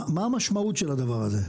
מה המשמעות של הדבר הזה?